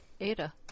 Ada